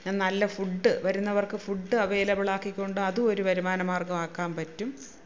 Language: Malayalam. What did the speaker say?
നല്ല ഫുഡ് വരുന്നവര്ക്ക് ഫുഡ് അവൈലബിൾ ആക്കി കൊണ്ട് അതും ഒരു വരുമാനമാര്ഗം ആക്കാൻ പറ്റും